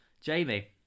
jamie